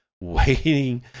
waiting